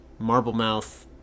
Marblemouth